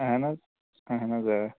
اَہَن حظ اَہَن حظ آ